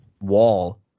wall